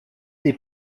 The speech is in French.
des